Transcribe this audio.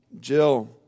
Jill